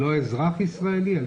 לא אזרח ישראלי?